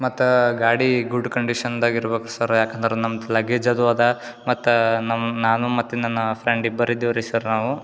ಮತ್ತು ಗಾಡಿ ಗುಡ್ ಕಂಡಿಷನ್ದಾಗ ಇರ್ಬೇಕು ಸರ್ ಯಾಕಂದ್ರೆ ನಮ್ದು ಲಗೇಜ್ ಅದು ಅದ ಮತ್ತು ನಮ್ಮ ನಾನು ಮತ್ತೆ ನನ್ನ ಫ್ರೆಂಡ್ ಇಬ್ಬರು ಇದ್ದೀವಿ ರೀ ಸರ್ ನಾವು